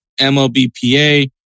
MLBPA